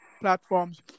platforms